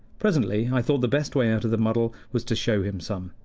presently i thought the best way out of the muddle was to show him some,